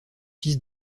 fils